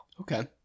Okay